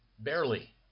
barely